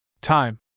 time